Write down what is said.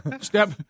Step